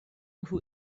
who